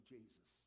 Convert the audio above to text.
Jesus